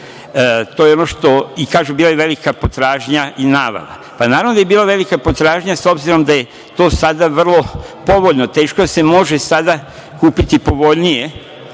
To je ono što, i kažu bila je velika potražnja i navala. Naravno da je bila velika potražnja, s obzirom da je to sada vrlo povoljno. Teško da se može sada kupiti povoljnije